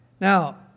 Now